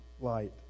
light